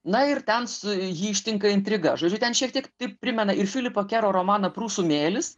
na ir ten su jį ištinka intrigą žodžiu ten šiek tiek primena ir filipo kero romaną prūsų mėlis